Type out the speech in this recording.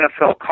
NFL